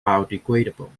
biodegradable